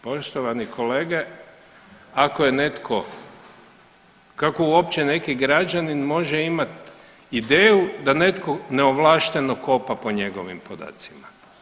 Poštovani kolege ako je netko, kako uopće neki građanin može imati ideju da netko neovlašteno kopa po njegovim podacima?